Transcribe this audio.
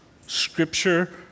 Scripture